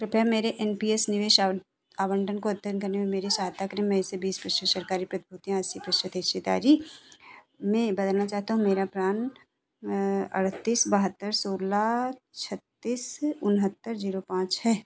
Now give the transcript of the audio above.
कृपया मेरे N P S निवेश आवंटन को अध्यन करने में मेरी सहायता करें मैं इसे बीस प्रशिश सरकारी प्रतिभूतियाँ अस्सी प्रशत हिस्सेदारी में बदलना चाहता हूँ मेरा प्रान अड़तिस बहत्तर सोलह छत्तीस उनहत्तर जीरो पाँच है